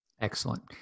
Excellent